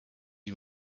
you